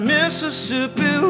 Mississippi